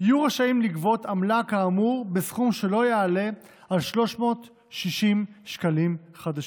יהיו רשאים לגבות עמלה כאמור בסכום שלא יעלה על 360 שקלים חדשים.